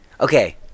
Okay